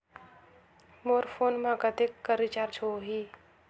मोर phone मा कतेक कर रिचार्ज हो ही?